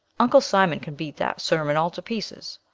uncle simon can beat dat sermon all to pieces,